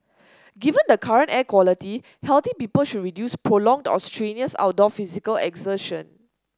given the current air quality healthy people should reduce prolonged or strenuous outdoor physical exertion